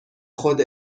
خود